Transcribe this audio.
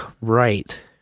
right